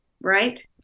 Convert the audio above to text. Right